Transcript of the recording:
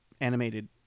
animated